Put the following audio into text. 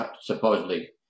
Supposedly